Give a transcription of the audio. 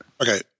Okay